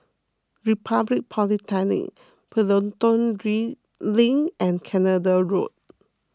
Republic Polytechnic Pelton ring Link and Canada Road